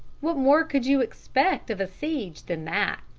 what more could you expect of a siege than that?